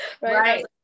Right